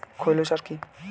খৈল সার কি?